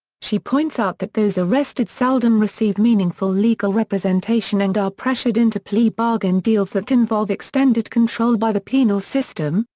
she points out that those arrested seldom receive meaningful legal representation and are pressured into plea bargain deals that involve extended control by the penal system,